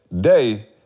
day